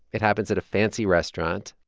it happens at a fancy restaurant.